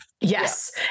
Yes